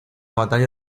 batalla